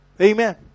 Amen